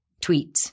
Tweets